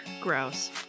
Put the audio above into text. Gross